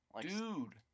Dude